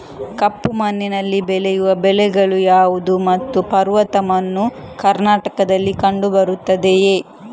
ಕಪ್ಪು ಮಣ್ಣಿನಲ್ಲಿ ಬೆಳೆಯುವ ಬೆಳೆಗಳು ಯಾವುದು ಮತ್ತು ಪರ್ವತ ಮಣ್ಣು ಕರ್ನಾಟಕದಲ್ಲಿ ಕಂಡುಬರುತ್ತದೆಯೇ?